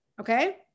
Okay